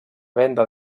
venda